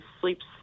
sleeps